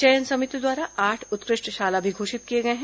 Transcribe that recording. चयन समिति द्वारा आठ उत्कृष्ट शाला भी घोषित किए गए हैं